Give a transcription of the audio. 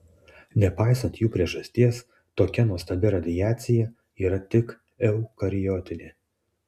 nepaisant jų priežasties tokia nuostabi radiacija yra tik eukariotinė